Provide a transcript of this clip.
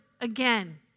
again